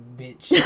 bitch